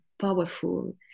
powerful